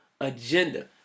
agenda